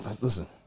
Listen